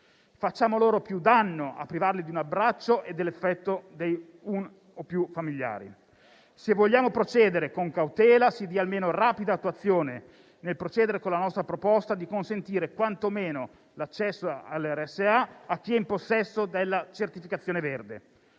Facciamo loro più danno a privarli di un abbraccio e dell'affetto di uno o più familiari. Se vogliamo procedere con cautela, si dia almeno rapida attuazione alla nostra proposta di consentire quantomeno l'accesso alle RSA a chi è in possesso della certificazione verde.